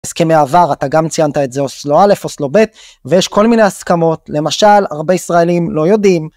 הסכמי העבר, אתה גם ציינת את זה, אוסלו א' אוסלו ב', ויש כל מיני הסכמות, למשל, הרבה ישראלים לא יודעים.